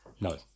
No